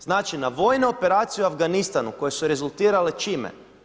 Znači na vojne operacije u Afganistanu koje su rezultirale čime?